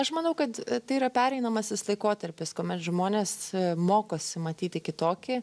aš manau kad tai yra pereinamasis laikotarpis kuomet žmonės mokosi matyti kitokį